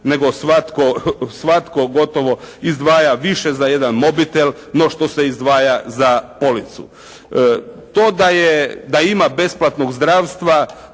nego svatko gotovo izdvaja više za jedan mobitel no što se izdvaja za policu. To da je, da ima besplatnog zdravstva